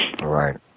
Right